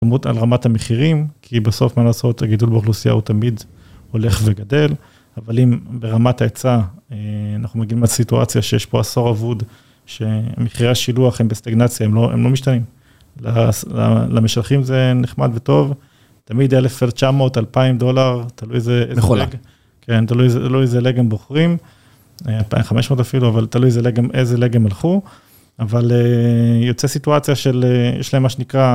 תמות על רמת המחירים, כי בסוף מנסות הגידול באוכלוסייה הוא תמיד הולך וגדל, אבל אם ברמת ההצעה, אנחנו מגיעים לסיטואציה שיש פה עשור עבוד, שמחירי השילוח הם בסטגנציה, הם לא משתנים, למשלכים זה נחמד וטוב, תמיד 1,900-2,000 דולר, תלוי איזה לגם. כן, תלוי איזה לגם בוחרים, 500 אפילו, אבל תלוי איזה לגם הלכו, אבל יוצא סיטואציה של, יש להם מה שנקרא,